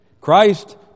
Christ